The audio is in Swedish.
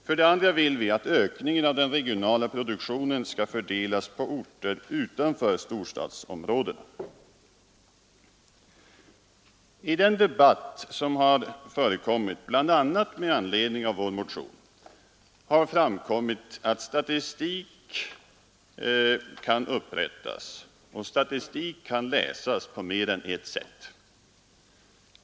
För det andra vill vi att ökningen av den regionala produktionen skall fördelas på orter utanför storstadsområdena. å I den debatt som har förekommit bl.a. med anledning av vår motion har framkommit att statistik kan upprättas och läsas på mer än ett sätt.